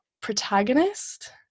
protagonist